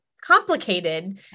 complicated